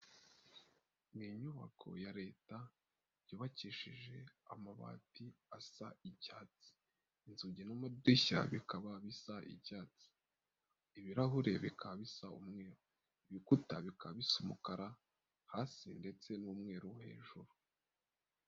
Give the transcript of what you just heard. Ni inyubako ya Leta yubakishije amabati asa icyatsi, inzugi n'amadishya bikaba bisa ibyatsi, ibirahure bikaba bisa umweru, ibikuta bikaba bisa umukara hasi ndetse n'umweru hejuru.